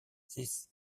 six